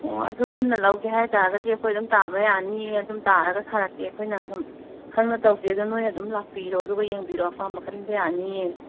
ꯑꯣ ꯑꯗꯨ ꯄꯨꯟꯅ ꯂꯧꯒꯦ ꯍꯥꯏꯇꯥꯔꯒꯗꯤ ꯑꯩꯈꯣꯏ ꯑꯗꯨꯝ ꯇꯥꯕ ꯌꯥꯅꯤꯑꯦ ꯑꯗꯨꯝ ꯇꯥꯔꯒ ꯁꯥꯔꯛꯀꯦ ꯑꯩꯈꯣꯏꯅ ꯑꯗꯨꯝ ꯈꯪꯅ ꯇꯧꯒꯦ ꯑꯗꯨꯝ ꯅꯣꯏ ꯑꯗꯨꯝ ꯂꯥꯛꯄꯤꯔꯣ ꯑꯗꯨꯒ ꯌꯦꯡꯕꯤꯔꯣ ꯑꯄꯥꯝꯕ ꯈꯟꯕ ꯌꯥꯅꯤꯑꯦ